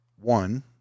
one